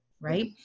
right